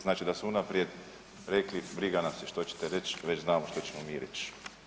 Znači da su unaprijed rekli briga nas je što ćete reći, već znamo što ćemo mi reći.